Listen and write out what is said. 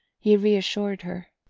he reassured her.